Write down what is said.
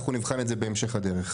אנחנו נבחן את זה בהמשך הדרך.